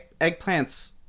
eggplants